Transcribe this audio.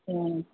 हूँ